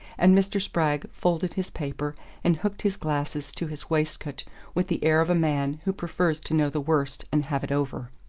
and mr. spragg folded his paper and hooked his glasses to his waistcoat with the air of a man who prefers to know the worst and have it over.